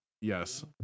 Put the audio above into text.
Yes